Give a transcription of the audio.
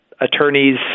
attorneys